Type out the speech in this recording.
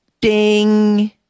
Ding